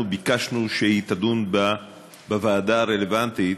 ביקשנו שהיא תידון בוועדה הרלוונטית: